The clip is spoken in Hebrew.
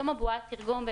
היום בועת התרגום,